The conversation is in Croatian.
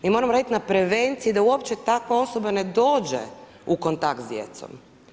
Mi moramo radit na prevenciji da uopće takva osoba ne dođe u kontakt s djecom.